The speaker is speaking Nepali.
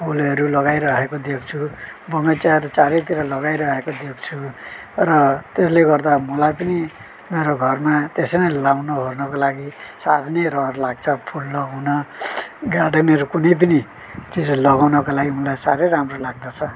फुलहरू लगाइरहेको देख्छु बगैँचाहरू चारैतिर लगाइरहेको देख्छु र त्यसले गर्दा मलाई पनि मेरो घरमा त्यसरी नै लगाउन ओर्नको लागि साह्रै नै रहर लाग्छ फुल लगाउन गार्डनहरू कुनै पनि चिजहरू लगाउनको लागि मलाई साह्रै राम्रो लाग्दछ